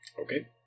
Okay